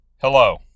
Hello